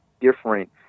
different